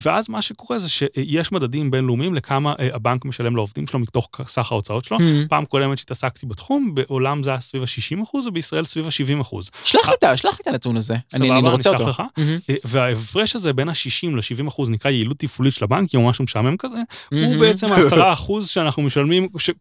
ואז מה שקורה זה שיש מדדים בינלאומיים לכמה הבנק משלם לעובדים שלו מתוך סך ההוצאות שלו, פעם קודמת שהתעסקתי בתחום בעולם זה היה סביב ה-60 אחוז ובישראל סביב ה-70 אחוז. שלח לי את הנתון הזה, אני רוצה אותו. וההפרש הזה בין ה-60 ל-70 אחוז נקרא יעילות טיפולית של הבנק, הוא משהו משעמם כזה, הוא בעצם ה-10 אחוז שאנחנו משלמים,